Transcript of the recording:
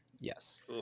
Yes